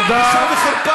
זוהיר,